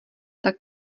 tak